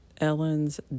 Ellen's